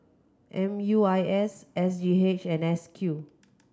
M U I S S G H and S Q